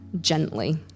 gently